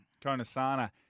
Konasana